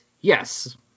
Yes